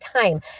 time